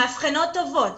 מאבחנות טובות,